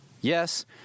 yes